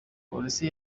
police